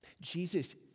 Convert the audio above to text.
Jesus